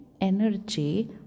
energy